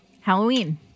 Halloween